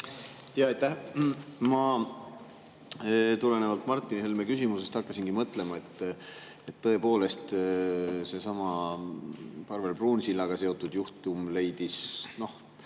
Aitäh! Ma tulenevalt Martin Helme küsimusest hakkasingi mõtlema, et tõepoolest, seesama Parvel Pruunsillaga seotud juhtum leidis üsna